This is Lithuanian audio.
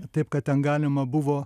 taip kad ten galima buvo